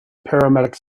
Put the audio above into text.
paramedic